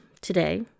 today